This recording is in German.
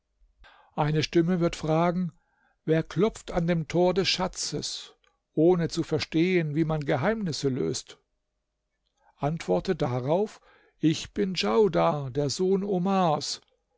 eine stimme wird fragen wer klopft an dem tor des schatzes ohne zu verstehen wie man geheimnisse löst antworte darauf ich bin djaudar der sohn omars